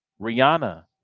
Rihanna